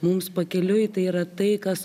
mums pakeliui tai yra tai kas